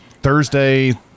Thursday